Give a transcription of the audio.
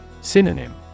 Synonym